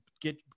get